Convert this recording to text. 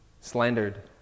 slandered